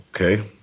Okay